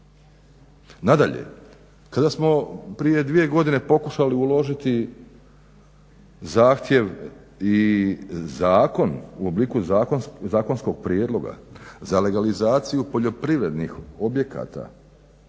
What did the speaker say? Nadalje, kada smo prije dvije godine pokušali uložiti zahtjev i zakon u obliku zakonskog prijedloga za legalizaciju poljoprivrednih objekata